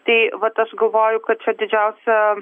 tai vat aš galvoju kad čia didžiausia